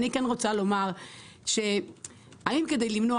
אני כן רוצה לומר שהאם כדי למנוע